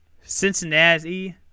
Cincinnati